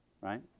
right